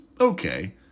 okay